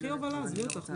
טוב, קיבלנו את ההבהרה.